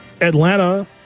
Atlanta